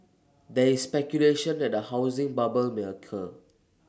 there is speculation that A housing bubble may occur